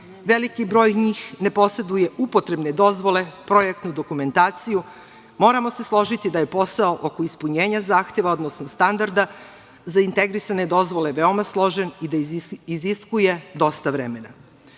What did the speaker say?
veliki broj njih ne poseduje upotrebne dozvole, projektnu dokumentaciju, moramo se složiti da je posao oko ispunjenja zahteva odnosno standarda za integrisane dozvole veoma složen i da iziskuje dosta vremena.S